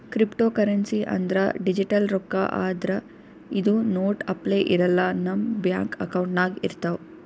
cryptocurrency ಅಂದ್ರ digital ರೊಕ್ಕಾ ಆದ್ರ್ ಇದು ನೋಟ್ ಅಪ್ಲೆ ಇರಲ್ಲ ನಮ್ ಬ್ಯಾಂಕ್ ಅಕೌಂಟ್ನಾಗ್ ಇರ್ತವ್